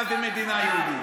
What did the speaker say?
מה זה מדינה יהודית.